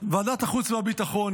עם ועדת החוץ והביטחון.